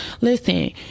listen